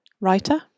Writer